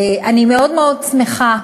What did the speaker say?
אני מאוד מאוד שמחה,